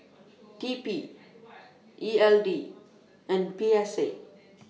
T P E L D and P S A